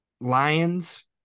Lions